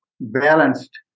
Balanced